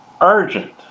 Urgent